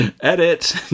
Edit